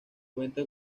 cuenta